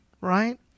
right